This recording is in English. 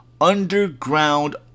underground